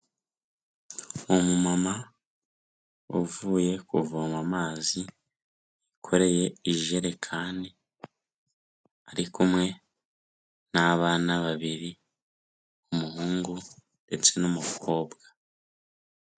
Umumama uvuye kuvoma amazi wikoreye ijerekani, ari kumwe n'abana babiri umuhungu ndetse n'umukobwa.